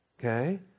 Okay